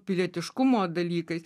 pilietiškumo dalykais